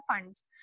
funds